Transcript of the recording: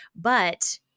But-